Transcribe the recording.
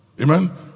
Amen